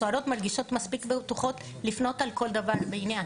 הסוהרות מרגישות מספיק בטוחות לפנות על כל דבר ועניין.